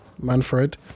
Manfred